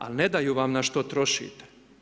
Ali ne daju vam na što trošite.